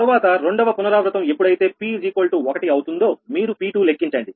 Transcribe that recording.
తర్వాత రెండవ పునరావృతం ఎప్పుడైతే p1 అవుతుందో మీరు P2 లెక్కించండి